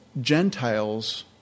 Gentiles